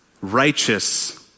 righteous